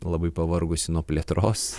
labai pavargusi nuo plėtros